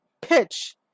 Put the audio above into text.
pitch